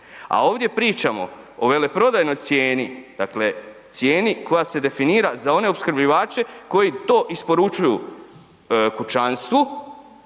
a ovdje pričamo o veleprodajnoj cijeni, dakle cijeni koja se definira za one opskrbljivače koji to isporučuju pučanstvu